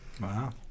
wow